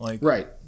Right